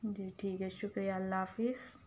جی ٹھیک ہے شُکریہ اللہ حافظ